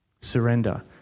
surrender